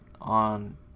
on